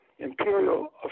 Imperial